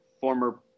former